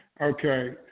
Okay